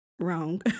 Wrong